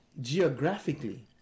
geographically